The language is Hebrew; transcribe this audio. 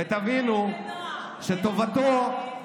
ותבינו שטובתו, אלכס,